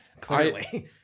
clearly